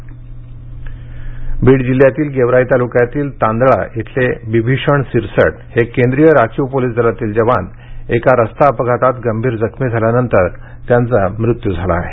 शशी केवडकर बीड जिल्ह्यातील गेवराई तालुक्यातील तांदळा इथळे बिभीषण सिरसट हे केंद्रीय राखीव पोलीस दलातील जवान एका रस्ता अपघातात गंभीर जखमी झाल्यानंतर त्यांचा मृत्यू झाला आहे